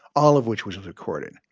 all of which was recorded.